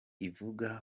ivuga